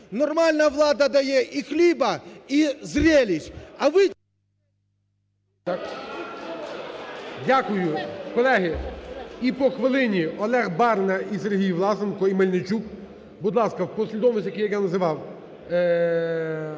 Нормальна влада дає і хліба, і зрелищ.